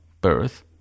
birth